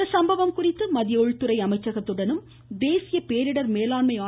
இச்சம்பவம் குறித்து மத்திய உள்துறை அமைச்சகத்துடனும் தேசிய பேரிடர் மேலாண்மை மேற்கொண்டார்